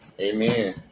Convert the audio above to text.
Amen